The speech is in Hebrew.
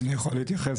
אני יכול להתייחס,